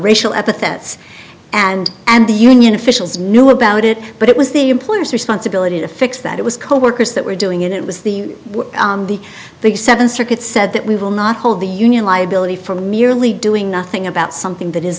racial epithets and and the union officials knew about it but it was the employer's responsibility to fix that it was coworkers that were doing it it was the the seventh circuit said that we will not hold the union liability for merely doing nothing about something that is